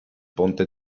ponte